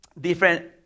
different